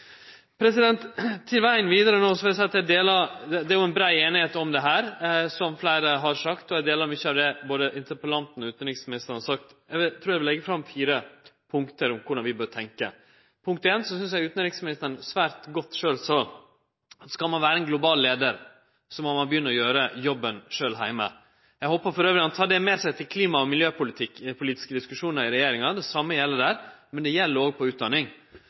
vegen vidare, vil eg no seie at det er brei einighet om dette, som fleire har sagt, og eg er einig i mykje av det både interpellanten og utanriksministeren har sagt. Eg trur eg vil leggje fram fire punkt om korleis vi bør tenke. Punkt 1: Eg synest utanriksministeren sa det svært godt sjølv, at skal ein vere ein global leiar, må ein begynne å gjere jobben sjølv heime. Eg håpar elles han tar det med seg til klima- og miljøpolitiske diskusjonar i regjeringa. Det same gjeld der, men det gjeld òg innan utdanning. Det betyr at ein kraftig auke i merksemda og pengebruken når det gjeld utdanning,